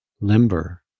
limber